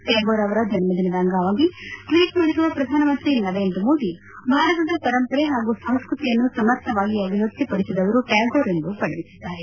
ಟ್ಲಾಗೂರ್ ಅವರ ಜನ್ನದಿನದ ಅಂಗವಾಗಿ ಟ್ವೀಟ್ ಮಾಡಿರುವ ಪ್ರಧಾನಮಂತ್ರಿ ನರೇಂದ್ರ ಮೋದಿ ಭಾರತದ ಪರಂಪರೆ ಹಾಗೂ ಸಂಸ್ಕತಿಯನ್ನು ಸಮರ್ಥವಾಗಿ ಅಭಿವ್ಯಕ್ತಿಪಡಿಸಿದವರು ಟ್ಲಾಗೂರ್ ಎಂದು ಬಣ್ಣೆಸಿದ್ದಾರೆ